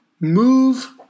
move